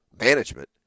management